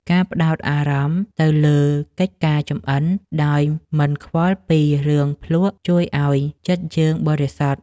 ការផ្ដោតអារម្មណ៍ទៅលើកិច្ចការចម្អិនដោយមិនខ្វល់ពីរឿងភ្លក្សជួយឱ្យចិត្តយើងបរិសុទ្ធ។